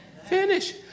Finish